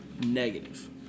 Negative